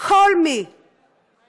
כל מי שיפרסם